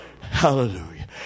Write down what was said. Hallelujah